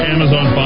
Amazon